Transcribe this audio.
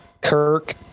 Kirk